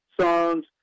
songs